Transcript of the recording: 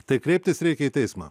tai kreiptis reikia į teismą